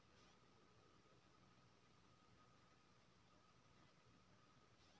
जंगल कटला सँ सौंसे दुनिया मे ग्लोबल बार्मिंग केर समस्या उखरि गेल छै